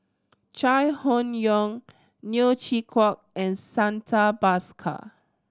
Chai Hon Yoong Neo Chwee Kok and Santha Bhaskar